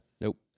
Nope